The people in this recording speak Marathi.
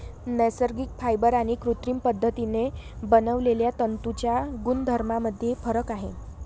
नैसर्गिक फायबर आणि कृत्रिम पद्धतीने बनवलेल्या तंतूंच्या गुणधर्मांमध्ये फरक आहे